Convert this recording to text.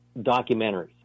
documentaries